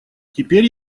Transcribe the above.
теперь